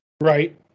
Right